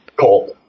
cold